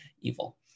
evil